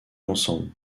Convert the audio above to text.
ensemble